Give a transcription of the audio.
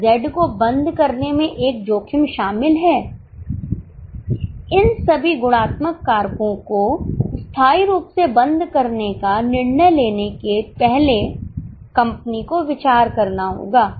क्या Z को बंद करने में एक जोखिम शामिल है इन सभी गुणात्मक कारकों को स्थायी रूप से बंद करने का का निर्णय लेने से पहले कंपनी को विचार करना होगा